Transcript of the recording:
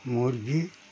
মুরগী